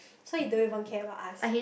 so he don't even care about us